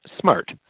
smart